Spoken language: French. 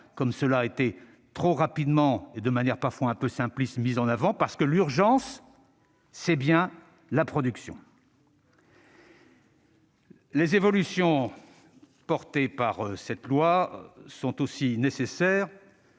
comme cela a été trop rapidement et de façon parfois un peu simpliste mis en avant. L'urgence est bien la production. Les évolutions portées par ce projet de loi nous sont aussi nécessaires